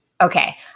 Okay